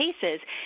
cases